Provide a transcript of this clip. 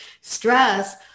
stress